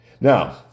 Now